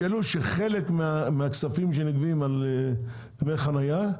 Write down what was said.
תשקלו שחלק מהכספים שנגבים על דמי חנייה,